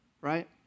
right